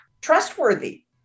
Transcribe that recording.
trustworthy